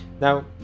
Now